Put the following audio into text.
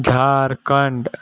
Jharkhand